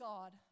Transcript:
God